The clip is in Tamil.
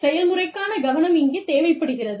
செயல்முறைக்கான கவனம் இங்கே தேவைப்படுகிறது